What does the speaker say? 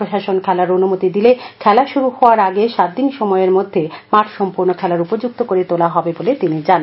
প্রশাসন থেলার অনুমতি দিলে খেলা শুরু হওয়ার আগে সাতদিন সময়ের মধ্যে মাঠ সম্পূর্ণ খেলার উপযুক্ত করে তোলা হবে বলে তিনি জানান